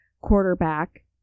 quarterback